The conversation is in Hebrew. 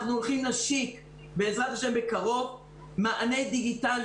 אנחנו הולכים להשיק בקרוב מענה דיגיטלי.